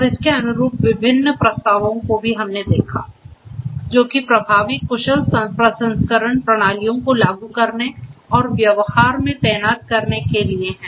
और इसके अनुरूप विभिन्न प्रस्तावों को भी हमने देखा जो कि प्रभावी कुशल प्रसंस्करण प्रणालियों को लागू करने और व्यवहार में तैनात करने के लिए है